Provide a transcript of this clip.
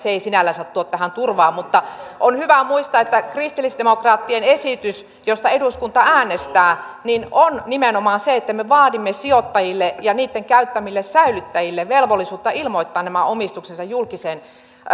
se ei sinällänsä tuo tähän turvaa mutta on hyvä muistaa että kristillisdemokraattien esitys josta eduskunta äänestää on nimenomaan se että me vaadimme sijoittajille ja heidän käyttämilleen säilyttäjille velvollisuutta ilmoittaa omistuksensa julkiseen